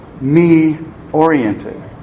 me-oriented